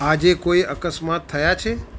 આજે કોઈ અકસ્માત થયા છે